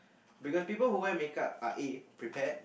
because people who wear makeup are A prepared